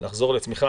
לחזור לצמיחה,